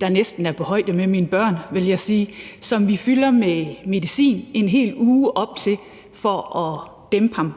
der næsten er på højde med mine børn, vil jeg sige, som vi fylder med medicin i en hel uge op til nytår for at dæmpe ham.